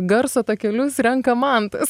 garso takelius renka mantas